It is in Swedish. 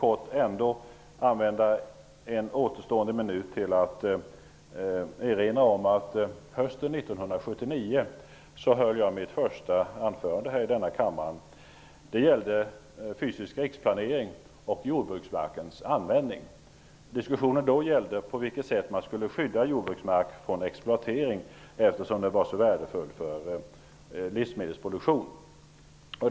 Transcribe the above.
Jag vill använda en återstående minut till att erinra om att jag höll mitt första anförande i kammaren hösten 1979. Anförandet gällde fysisk riksplanering och användningen av jordbruksmark. Diskussionen gällde på vilket sätt jordbruksmark skulle skyddas från exploatering eftersom den var så värdefull för livsmedelsproduktionen.